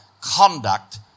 conduct